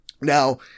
Now